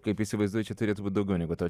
kaip įsivaizduoju čia turėtų būt daugiau negu tau